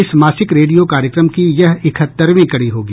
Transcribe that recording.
इस मासिक रेडियो कार्यक्रम की यह इकहत्तरवीं कड़ी होगी